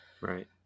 Right